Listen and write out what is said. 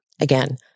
Again